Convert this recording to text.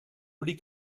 liegt